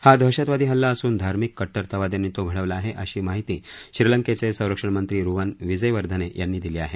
हा दहशतवादी हल्ला असून धार्मिक कट्टरतावाद्यांनी तो घडवला आहे अशी माहिती श्रीलंकेचे संरक्षण मंत्री रुवन विजेवर्धने यांनी दिली आहे